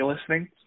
listening